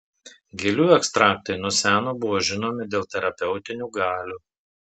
gėlių ekstraktai nuo seno buvo žinomi dėl terapeutinių galių